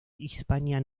hispania